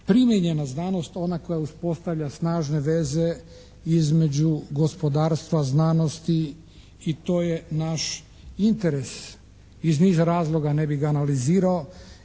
primijenjena znanost, ona koja uspostavlja snažne veze između gospodarstva, znanosti i to je naš interes iz niza razloga. Ne bi ga analizirao